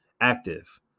active